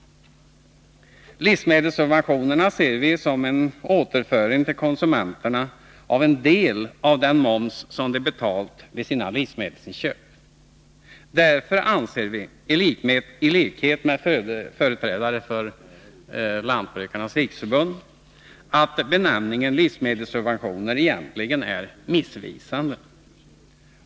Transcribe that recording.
Livsmedelssubventionerna ser vi som en återföring till konsumenterna av en del av den moms som de betalat vid sina livsmedelsköp. Därför anser vi — i likhet med företrädare för Lantbrukarnas riksförbund — att benämningen livsmedelssubventioner egentligen är missvisande.